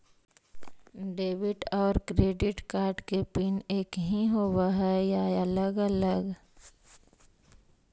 Debit और credit card के PIN एकही होव हइ या अलग अलग?